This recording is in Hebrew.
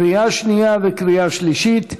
לקריאה שנייה וקריאה שלישית.